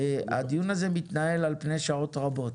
הדיון הזה מתנהל על פני שעות רבות